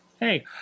Hey